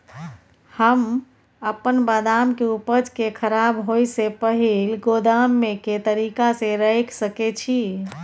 हम अपन बदाम के उपज के खराब होय से पहिल गोदाम में के तरीका से रैख सके छी?